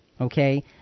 okay